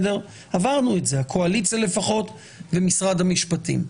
עברנו את זה, לפחות הקואליציה ומשרד המשפטים.